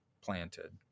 planted